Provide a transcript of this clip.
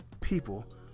people